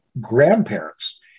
grandparents